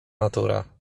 natura